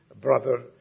brother